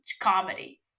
comedy